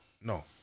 no